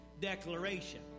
declaration